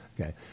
Okay